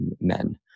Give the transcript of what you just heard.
men